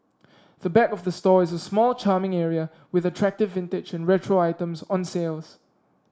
the back of the store is a small charming area with attractive vintage and retro items on sales